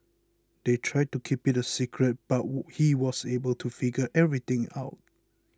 they tried to keep it a secret but he was able to figure everything out